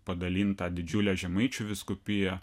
padalintą didžiulę žemaičių vyskupiją